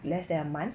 less than a month